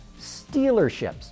stealerships